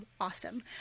awesome